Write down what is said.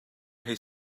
hei